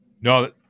No